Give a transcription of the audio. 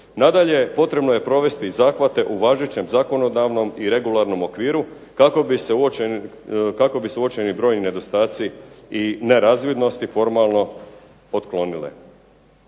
Nadalje, potrebno je provesti i zahvate u važećem zakonodavnom i regularnom okviru, kako bi se uočeni brojni nedostatci i nerazvidnosti formalno otklonile.